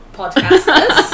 podcasters